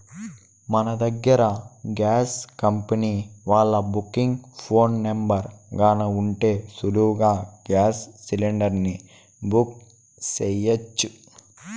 మన దగ్గర gas company వాల్ల బుకింగ్ ఫోను నెంబరు గాన ఉంటే సులువుగా గేస్ సిలిండర్ని బుక్ సెయ్యొచ్చు